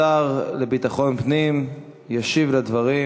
השר לביטחון פנים ישיב על הדברים,